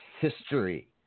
history